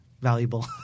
valuable